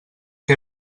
que